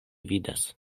vidas